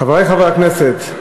חברי חברי הכנסת,